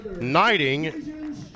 Knighting